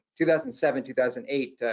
2007-2008